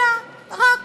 אלא רק